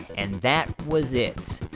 and that was it.